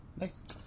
Nice